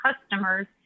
customers